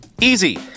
Easy